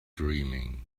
dreaming